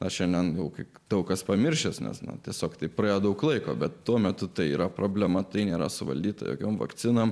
aš šiandien daugiau kaip daug kas pamiršęs nes man tiesiog taip praėjo daug laiko bet tuo metu tai yra problema tai nėra suvaldyti jokiom vakcina